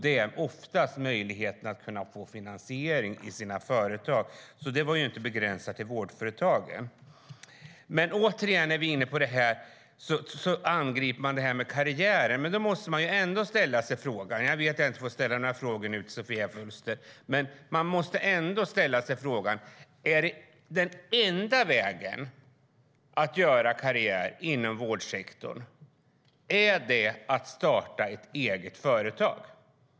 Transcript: Det är oftast möjligheten att få finansiering i sina företag. Det är alltså inte begränsat till vårdföretag. Återigen angriper man det här med karriären. Jag vet att jag inte får ställa några fler frågor till Sofia Fölster, men man måste ändå ställa sig frågan: Den enda vägen att göra karriär inom vårdsektorn, är det att starta eget företag?